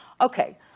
Okay